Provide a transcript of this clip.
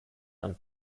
ihren